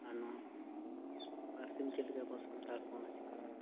ᱟᱨ ᱱᱚᱣᱟ ᱯᱟᱹᱨᱥᱤᱢ ᱪᱮᱫ ᱞᱮᱠᱷᱟᱱ ᱟᱵᱚ ᱥᱟᱱᱛᱟᱲ ᱦᱚᱯᱚᱱᱟᱜ ᱪᱤᱠᱟᱹᱛᱮ